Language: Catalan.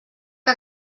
que